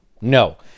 no